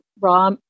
raw